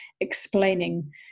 explaining